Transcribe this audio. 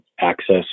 access